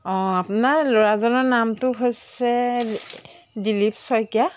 অঁ আপোনাৰ ল'ৰাজনৰ নামটো হৈছে দিলীপ শইকীয়া